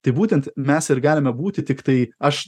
tai būtent mes ir galime būti tiktai aš